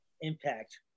Impact